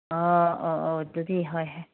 ꯑꯣ ꯑꯣ ꯑꯣ ꯑꯗꯨꯗꯤ ꯍꯣꯏ ꯍꯣꯏ